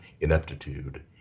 ineptitude